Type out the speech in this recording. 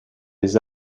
les